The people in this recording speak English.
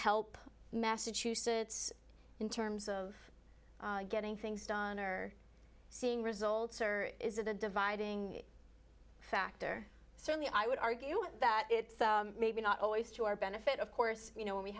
help massachusetts in terms of getting things done or seeing results or is it a dividing factor certainly i would argue that it's maybe not always to our benefit of course you know when we